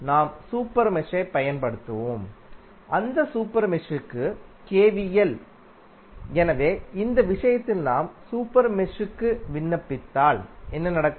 நாம் சூப்பர் மெஷைப் பயன்படுத்துவோம் அந்த சூப்பர் மெஷுக்கு KVL எனவே இந்த விஷயத்தில் நீங்கள் சூப்பர் மெஷுக்கு விண்ணப்பித்தால் என்ன நடக்கும்